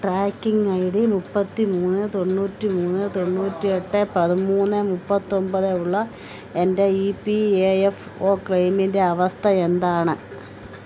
tracking I D മുപ്പത്തി മൂന്ന് തൊണ്ണൂറ്റി മൂന്ന് തൊണ്ണൂറ്റി എട്ട് പതിമൂന്ന് മുപ്പത്തൊൻപത് ഉള്ള എൻ്റെ E P A F O ക്ലെയിമിൻ്റെ അവസ്ഥ എന്താണ്